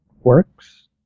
works